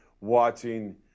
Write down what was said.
watching